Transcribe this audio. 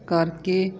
ਕਰਕੇ